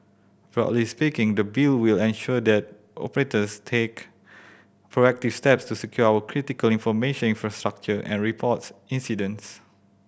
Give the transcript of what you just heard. broadly speaking the Bill will ensure that operators take proactive steps to secure our critical information infrastructure and reports incidents